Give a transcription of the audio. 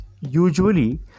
usually